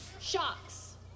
Shocks